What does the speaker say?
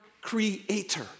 creator